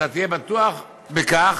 אתה תהיה בטוח בכך